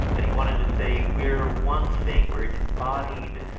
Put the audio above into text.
and he wanted to say we're one thing, we're an embodied,